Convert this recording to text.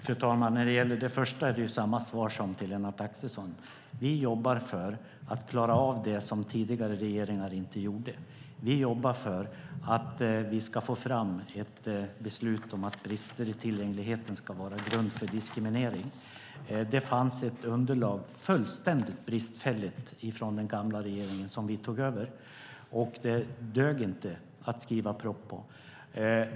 Fru talman! När det gäller det första är det samma svar som till Lennart Axelsson. Vi jobbar för att klara av det som tidigare regeringar inte gjorde. Vi jobbar för att vi ska få fram ett beslut om att brister i tillgängligheten ska vara grund för diskriminering. Det fanns ett fullständigt bristfälligt underlag från den gamla regeringen som vi tog över. Det dög inte att skriva proposition på.